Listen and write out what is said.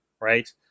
right